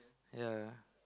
ya